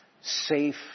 safe